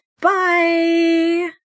Bye